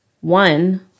One